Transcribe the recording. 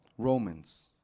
Romans